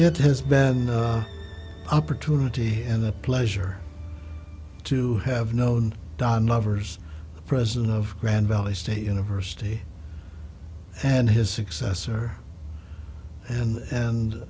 it has been opportunity and a pleasure to have known don lovers president of grand valley state university and his successor and a